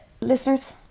Listeners